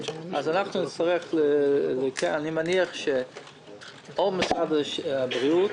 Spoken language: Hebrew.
אני מניח שאו משרד הבריאות